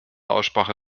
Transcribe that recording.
aussprache